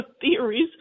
theories